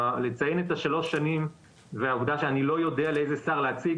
לציין את שלוש השנים והעובדה שאני לא יודע לאיזה שר להציג,